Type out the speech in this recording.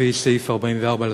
לפי סעיף 44 לתקנון.